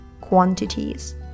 quantities